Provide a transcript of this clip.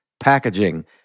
packaging